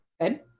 Good